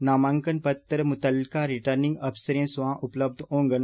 नामांकन पत्र मुतलका रिर्टनिंग अफसरें सोयां उपलब्ध होंगन